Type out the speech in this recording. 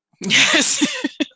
Yes